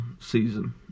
season